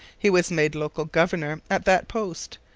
he was made local governor at that post,